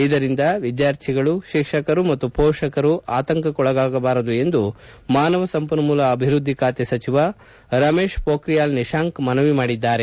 ಇದರಿಂದ ವಿದ್ಕಾರ್ಥಿಗಳು ಶಿಕ್ಷಕರು ಮತ್ತು ಮೋಷಕರು ಆತಂಕಕ್ಕೊಳಗಾಗಬಾರದು ಎಂದು ಮಾನವ ಸಂಪನ್ಮೂಲ ಅಭಿವೃದ್ದಿ ಖಾತೆ ಸಚಿವ ರಮೇಶ್ ಮೋಖ್ರಿಯಾಲ್ ನಿಶಾಂಕ್ ಮನವಿ ಮಾಡಿದ್ದಾರೆ